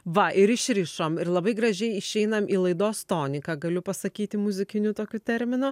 va ir išrišom ir labai gražiai išeinam į laidos toniką galiu pasakyti muzikiniu tokiu terminu